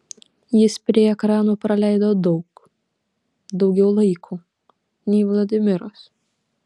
jis prie ekranų praleido daug daugiau laiko nei vladimiras